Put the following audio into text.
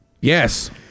Yes